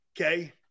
Okay